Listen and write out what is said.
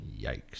yikes